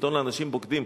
עיתון לאנשים בוגדים,